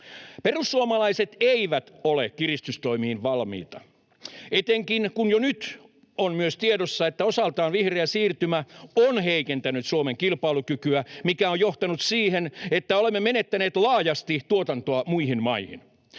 Perussuomalaiset eivät ole kiristystoimiin valmiita, etenkin kun jo nyt on myös tiedossa, että osaltaan vihreä siirtymä on heikentänyt Suomen kilpailukykyä, mikä on johtanut siihen, että olemme menettäneet laajasti tuotantoa muihin maihin.